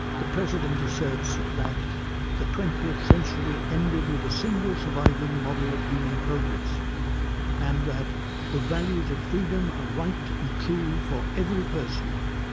the president asserts that the twentieth century ended with a single surviving model of human progress and that the values of freedom are right and true for ever person,